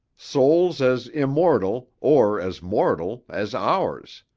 souls as immortal or as mortal as ours.